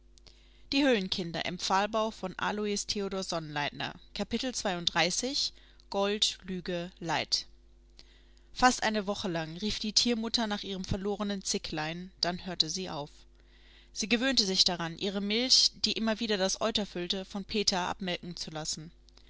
lüge leid fast eine woche lang rief die tiermutter nach ihrem verlorenen zicklein dann hörte sie auf sie gewöhnte sich daran ihre milch die immer wieder das euter füllte von peter abmelken zu lassen